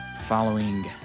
following